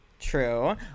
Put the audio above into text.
true